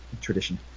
tradition